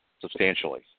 substantially